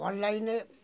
অনলাইনে